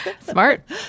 Smart